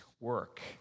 work